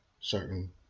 certain